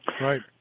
right